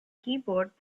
keyboard